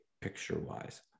picture-wise